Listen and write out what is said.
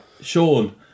Sean